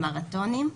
מרתונים.